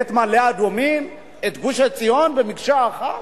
את מעלה-אדומים ואת גוש-עציון כמקשה אחת?